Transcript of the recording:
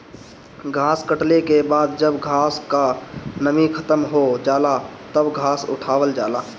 घास कटले के बाद जब घास क नमी खतम हो जाला तब घास उठावल जाला